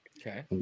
Okay